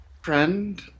friend